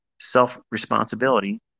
self-responsibility